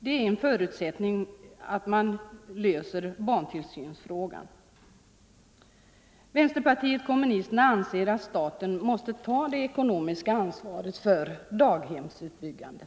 En förutsättning för detta är att barntillsynsfrågan löses. Vänsterpartiet kommunisterna anser att staten måste ta det ekonomiska ansvaret för daghemsutbyggandet.